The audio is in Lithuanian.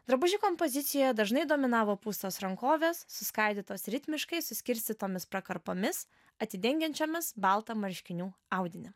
drabužių kompoziciją dažnai dominavo pūstos rankovės suskaidytos ritmiškai suskirstytomis prakarpomis atidengiančiomis baltą marškinių audinį